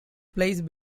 placed